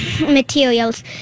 Materials